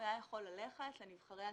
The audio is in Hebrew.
היה יכול ללכת לנבחרי הציבור,